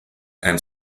and